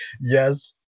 Yes